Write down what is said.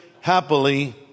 happily